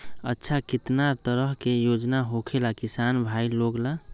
अच्छा कितना तरह के योजना होखेला किसान भाई लोग ला?